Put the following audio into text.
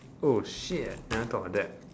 oh shit never thought of that